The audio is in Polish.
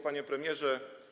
Panie Premierze!